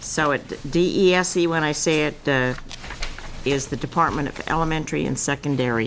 so it d e s c when i say it is the department of elementary and secondary